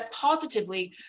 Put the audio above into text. positively